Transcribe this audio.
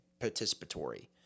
participatory